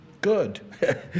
Good